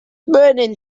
burning